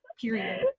Period